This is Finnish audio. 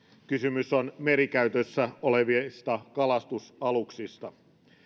kysymys on merikäytössä olevista kalastusaluksista